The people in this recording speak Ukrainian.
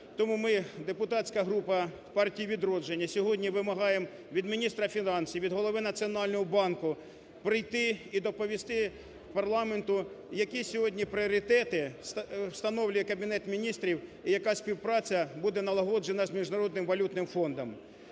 Тому ми, депутатська група "Партія "Відродження", сьогодні вимагаємо від міністра фінансів, від голови Національного банку прийти і доповісти парламенту, які сьогодні пріоритети встановлює Кабінет Міністрів і яка співпраця буде налагоджена з Міжнародним валютним фондом.